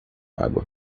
água